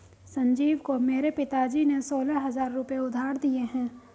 संजीव को मेरे पिताजी ने सोलह हजार रुपए उधार दिए हैं